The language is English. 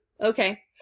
Okay